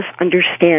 understand